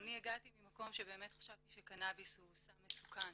אני הגעתי ממקום שבאמת חשבתי שקנאביס הוא סם מסוכן